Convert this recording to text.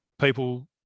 people